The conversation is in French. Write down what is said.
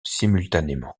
simultanément